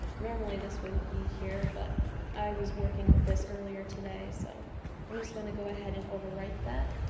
normally this wouldn't be here but i was working with this earlier today so i'm just gonna go ahead and overwrite that